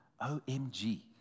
OMG